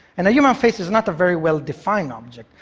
and a human face is not a very well-defined object.